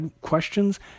questions